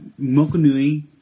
Mokunui